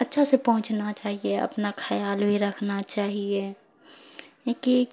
اچھا سے پہنچنا چاہیے اپنا خیال بھی رکھنا چاہیے کہ